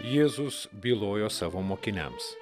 jėzus bylojo savo mokiniams